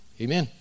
amen